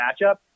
matchup